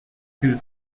two